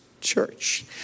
Church